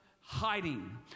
hiding